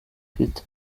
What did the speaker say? afite